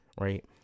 Right